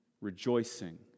Rejoicing